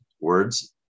words